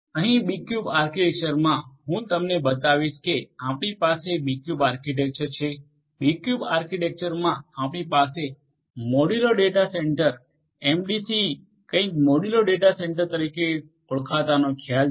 અહીં બીક્યુબઆર્કિટેક્ચરમાં હું તમને બતાવીશ કે આપણી પાસે બીક્યુબ આર્કિટેક્ચર છે બીક્યુબ આર્કિટેક્ચરમાં આપણી પાસે મોડ્યુલર ડેટા સેન્ટર એમડીસી કંઈક મોડ્યુલર ડેટા સેન્ટર તરીકે ઓળખાતાઓનો ખ્યાલ છે